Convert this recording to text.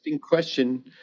question